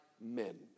men